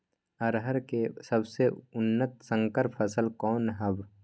अरहर के सबसे उन्नत संकर फसल कौन हव?